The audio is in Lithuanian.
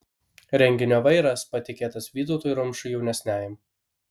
renginio vairas patikėtas vytautui rumšui jaunesniajam